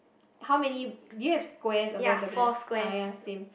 how many do you have squares above the man ah ya same